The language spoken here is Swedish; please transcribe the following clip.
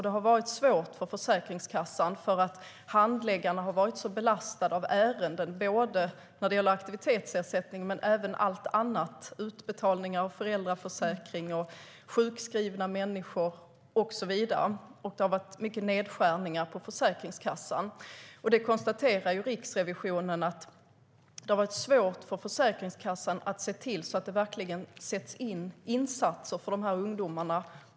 Det har varit svårt för Försäkringskassan eftersom handläggarna har varit så belastade av ärenden. Det har gällt både aktivitetsersättning och även allt annat, utbetalning från föräldraförsäkring, sjukskrivna människor och så vidare, och det har varit mycket nedskärningar på Försäkringskassan. Riksrevisionen konstaterar att det har varit svårt för Försäkringskassan att se till att det verkligen sätts in insatser för dessa ungdomar.